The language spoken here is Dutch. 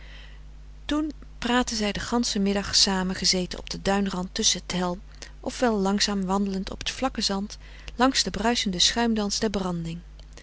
toen praatten zij den ganschen middag samen gezeten op den duinrand tusschen t helm of wel langzaam wandelend op t vlakke zand langs den bruischenden schuimdans der branding